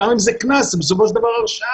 גם אם זה קנס ובסופו של דבר הרשעה,